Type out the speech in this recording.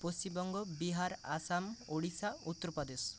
Paschimbanga Bihar Assam Orissa Uttar Pradesh